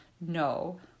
No